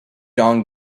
don